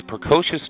precocious